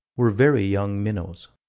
were very young minnows.